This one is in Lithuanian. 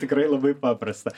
tikrai labai paprasta